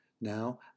now